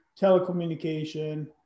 telecommunication